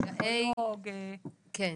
פסיכולוג -- כן,